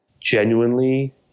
genuinely